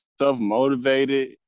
self-motivated